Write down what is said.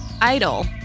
Idle